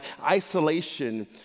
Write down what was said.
isolation